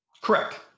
Correct